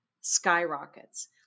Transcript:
skyrockets